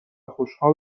خوشحال